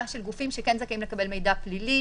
של גופים שכן זכאים לקבל מידע פלילי.